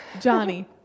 Johnny